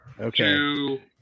Okay